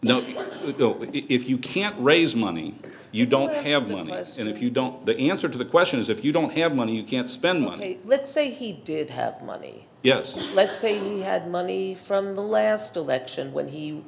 with if you can't raise money you don't have one less and if you don't the answer to the question is if you don't have money you can't spend money let's say he did have money yes let's say you had money from the last election when he